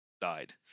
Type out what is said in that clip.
died